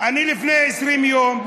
לפני 20 יום,